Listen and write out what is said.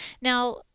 Now